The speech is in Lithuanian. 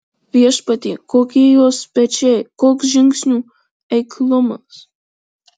viešpatie kokie jos pečiai koks žingsnių eiklumas